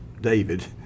David